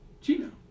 Gino